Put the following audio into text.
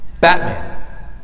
batman